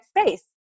space